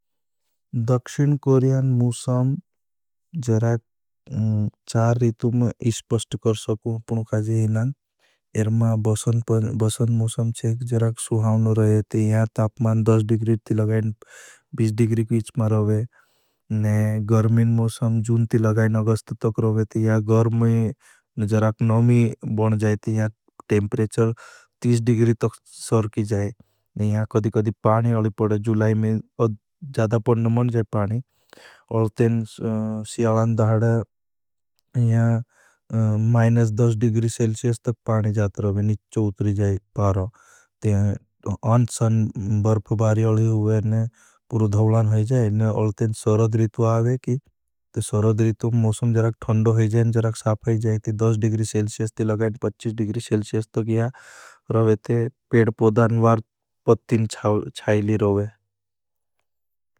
दक्षिन कोरियान मूसम चारीतू में इश्पस्ट कर सकूँ, अपनो काज़े ही ना। इरमा बसंद मूसम छे, जराग सुहावनो रहे थी, यहाँ तापमान दस डिग्री ती लगाएं, बीस डिग्री कीछ मा रवे। गर्मी मूसम जून ती लगाएं, अगस्त तक रवे थी, यहाँ गर्मी जराग नौमी बन जाएं, यहाँ टेमप्रेचर तीस डिग्री तक सरकी जाएं। यहाँ कदी कदी पानी अली पड़े, जुलाई में ज़्यादा पड़ना मन जाएं पानी। अलतें सियालां दाहडा, यहाँ माइनस दस डिग्री सेल्सियस तक पानी जात रवे, निच्च उत्री जाएं पारों। यहाँ कदी कदी पानी अली पड़े, जुलाई में ज़्यादा पड़ना मन जाएं पारों।